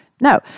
No